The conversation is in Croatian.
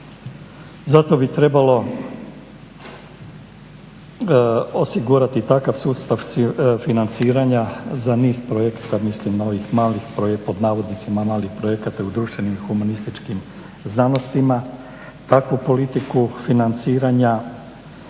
Zato bi trebalo osigurati takav sustav financiranja za niz projekata, mislim na ovih malih, pod navodnicima "malih" projekata u društvenim i humanističkim znanostima. Takvu politiku financiranja